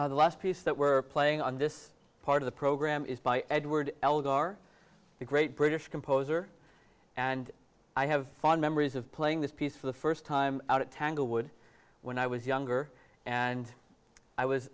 i the last piece that were playing on this part of the program is by edward eldar the great british composer and i have fond memories of playing this piece for the first time out at tanglewood when i was younger and i was